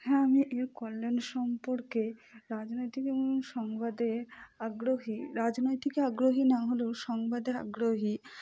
হ্যাঁ আমি এর কল্যাণ সম্পর্কে রাজনৈতিক এবং সংবাদে আগ্রহী রাজনৈতিকে আগ্রহী না হলেও সংবাদে আগ্রহী